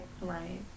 Right